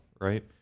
right